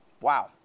wow